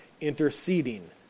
interceding